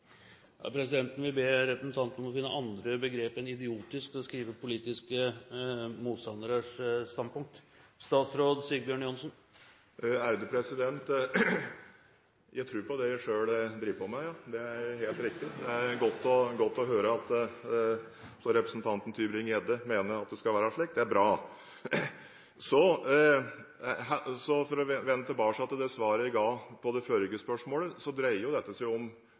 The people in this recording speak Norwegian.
Presidenten vil be representanten om å finne et annet begrep enn «idiotisk» for å beskrive politiske motstanderes standpunkt. Jeg tror på det jeg selv driver med, det er helt riktig. Det er godt å høre at representanten Tybring-Gjedde mener at det skal være slik. Det er bra. For å vende tilbake til det svaret jeg ga på det forrige spørsmålet: Dette dreier seg om ønsket om